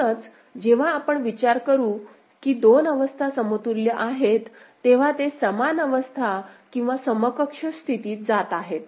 म्हणूनच जेव्हा आपण विचार करू की दोन अवस्था समतुल्य आहेत तेव्हा ते समान अवस्था किंवा समकक्ष स्थितीत जात आहेत